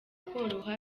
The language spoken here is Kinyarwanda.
koroha